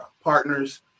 partners